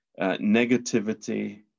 Negativity